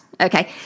Okay